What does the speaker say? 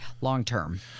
long-term